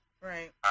right